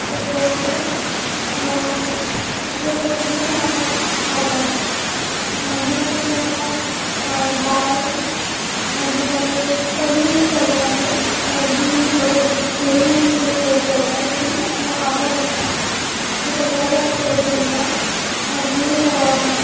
so ते उकडून उकडून जातकीर खावपाचे मागीर आमी करतात दाळ मागीर आमी कडी एक करतात आमी जी धंय धंय यूज करून कडी करतात जी आबंट आसता सो ताकाय बी आमी कडी म्हणटात मागीर